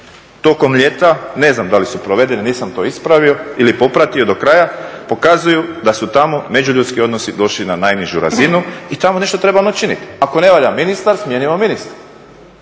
tokom ljeta, ne znam da li su provedene, nisam to popratio do kraja, pokazuju da su tamo međuljudski odnosi došli na najnižu razinu i tamo nešto treba učiniti. Ako ne valja ministar smijenimo ministra.